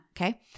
Okay